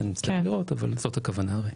אנחנו נצטרך לראות, אבל זו הכוונה.